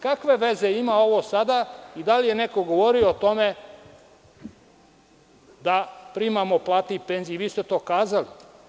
Kakve veze ima ovo sada i da li je neko govorio o tome da primamo plate i penzije i vi ste to kazali.